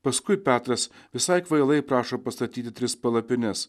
paskui petras visai kvailai prašo pastatyti tris palapines